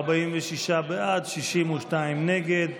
46 בעד, 62 נגד.